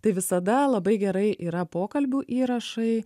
tai visada labai gerai yra pokalbių įrašai